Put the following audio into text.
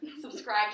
Subscribe